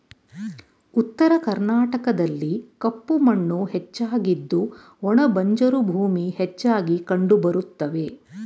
ಉತ್ತರ ಕರ್ನಾಟಕದಲ್ಲಿ ಕಪ್ಪು ಮಣ್ಣು ಹೆಚ್ಚಾಗಿದ್ದು ಒಣ ಬಂಜರು ಭೂಮಿ ಹೆಚ್ಚಾಗಿ ಕಂಡುಬರುತ್ತವೆ